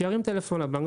שירים טלפון לבנק,